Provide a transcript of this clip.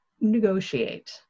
negotiate